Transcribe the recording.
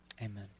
Amen